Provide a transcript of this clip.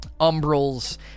umbrals